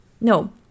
no